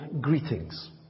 greetings